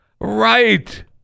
right